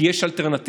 כי יש אלטרנטיבה,